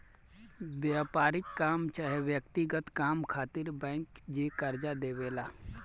व्यापारिक काम चाहे व्यक्तिगत काम खातिर बैंक जे कर्जा देवे ला